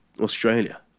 Australia